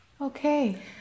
Okay